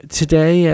today